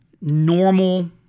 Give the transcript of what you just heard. normal